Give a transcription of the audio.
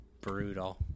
brutal